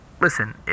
listen